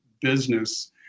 business